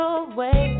away